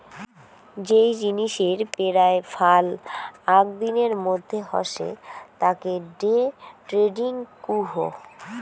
যেই জিনিসের পেরায় ফাল আক দিনের মধ্যে হসে তাকে ডে ট্রেডিং কুহ